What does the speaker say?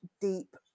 deep